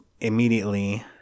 immediately